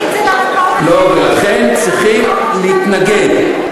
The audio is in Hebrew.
לכן צריכים להתנגד,